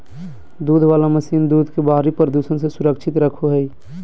दूध वला मशीन दूध के बाहरी प्रदूषण से सुरक्षित रखो हइ